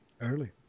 Early